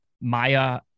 Maya